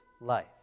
life